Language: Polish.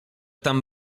tam